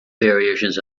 variations